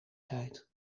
tijd